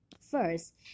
First